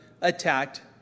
attacked